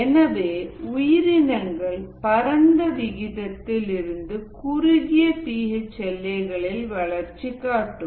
எனவே உயிரினங்கள் பரந்த விகிதத்தில் இருந்து குறுகிய பி ஹெச்எல்லைகளில் வளர்ச்சி காட்டும்